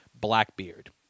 Blackbeard